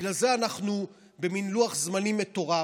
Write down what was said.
בגלל זה אנחנו במין לוח זמנים מטורף.